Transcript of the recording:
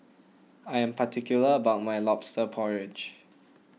I am particular about my Lobster Porridge